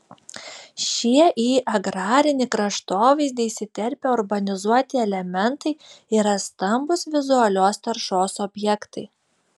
šie į agrarinį kraštovaizdį įsiterpę urbanizuoti elementai yra stambūs vizualios taršos objektai